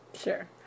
Sure